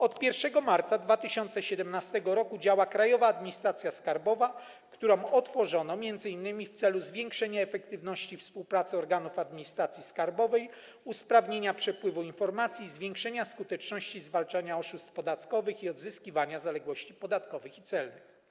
Od 1 marca 2017 r. działa Krajowa Administracja Skarbowa, którą otworzono m.in. w celu zwiększenia efektywności współpracy organów administracji skarbowej, usprawnienia przepływu informacji, zwiększenia skuteczności zwalczania oszustw podatkowych i odzyskiwania zaległości podatkowych i celnych.